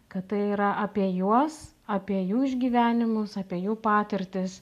kad tai yra apie juos apie jų išgyvenimus apie jų patirtis